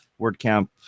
WordCamp